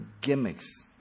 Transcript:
gimmicks